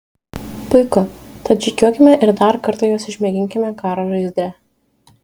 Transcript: puiku tad žygiuokime ir dar kartą juos išmėginkime karo žaizdre